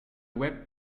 web